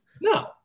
No